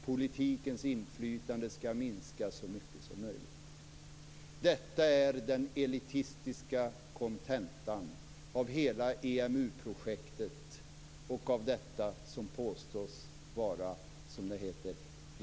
Politikens inflytande skall minskas så mycket som möjligt. Detta är den elitistiska kontentan av hela EMU projektet och av det som påstås vara, som det heter,